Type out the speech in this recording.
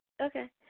okay